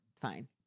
Fine